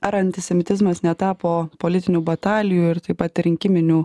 ar antisemitizmas netapo politinių batalijų ir taip pat rinkiminių